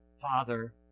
Father